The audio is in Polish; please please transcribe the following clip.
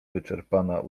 wyczerpana